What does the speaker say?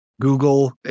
google